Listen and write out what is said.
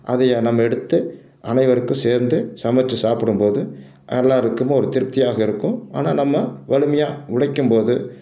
அதையை நம்ம எடுத்து அனைவருக்கும் சேர்ந்து சமைத்து சாப்பிடும் போது எல்லாருக்கும் ஒரு திருப்தியாக இருக்கும் ஆனால் நம்ம வலிமையாக உழைக்கும் போது